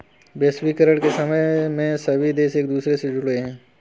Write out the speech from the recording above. वैश्वीकरण के समय में सभी देश एक दूसरे से जुड़े है